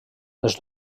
les